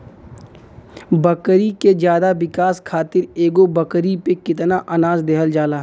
बकरी के ज्यादा विकास खातिर एगो बकरी पे कितना अनाज देहल जाला?